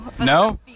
No